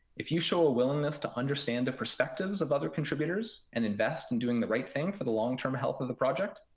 if you show a willingness to understand the perspectives of other contributors and invest in doing the right thing for the long-term health of the project,